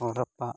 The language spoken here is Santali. ᱦᱚᱨᱚᱯᱯᱟ